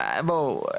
בואו,